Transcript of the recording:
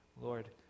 Lord